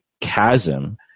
chasm